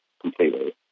completely